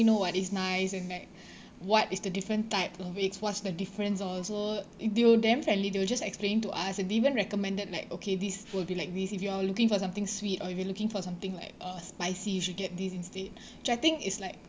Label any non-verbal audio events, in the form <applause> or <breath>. know what is nice and like <breath> what is the different types of eggs what's the difference also they were damn friendly they were just explaining to us they even recommended like okay this will be like this if you are looking for something sweet or if you're looking for something like uh spicy you should get these instead <breath> which I think is like